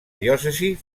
diòcesi